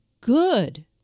good